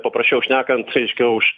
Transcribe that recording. paprasčiau šnekant aiškiau už